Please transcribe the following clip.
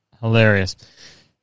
Hilarious